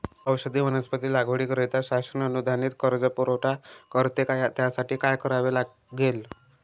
औषधी वनस्पती लागवडीकरिता शासन अनुदानित कर्ज पुरवठा करते का? त्यासाठी काय करावे लागेल?